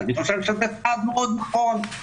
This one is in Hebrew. אני חושב שזה דבר מאוד נכון.